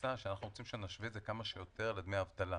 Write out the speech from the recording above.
התפיסה שאנחנו רוצים שנשווה את זה כמה שיותר לדמי אבטלה.